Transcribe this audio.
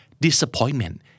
disappointment